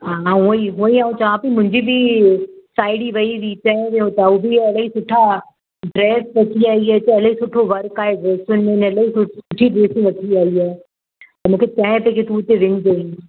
हा हा उहोई उहोई आउं चवां पई मुंहिंजी बि साहिड़ी वई हुई चए वियो त हुओ बि अहिड़े ही सुठा ड्रैस वठी आई आहे चैले सुठो वर्क आहे ड्रेसियुनि में इलाही सुठी ड्रेस वठी आई आहे त मूंखे चए पई कि तूं उते वञिजे